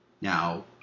Now